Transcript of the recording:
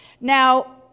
Now